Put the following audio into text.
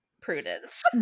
Prudence